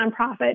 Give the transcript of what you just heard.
nonprofit